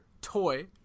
toy